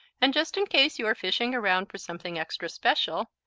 and just in case you are fishing around for something extra special,